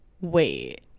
Wait